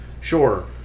sure